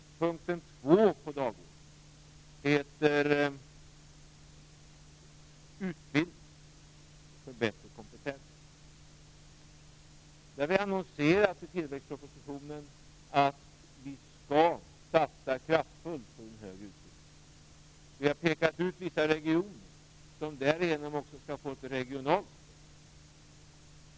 Punkt 2 på dagordningen heter Utbildning för bättre kompetens. Vi har i tillväxtpropositionen annonserat att vi skall satsa kraftfullt på den högre utbildningen. Vi har pekat ut vissa regioner, som i det sammanhanget också skall få ett regionalt stöd.